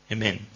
Amen